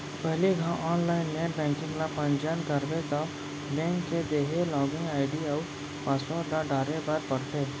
पहिली घौं online net banking ल पंजीयन करबे तौ बेंक के देहे लागिन आईडी अउ पासवर्ड ल डारे बर परथे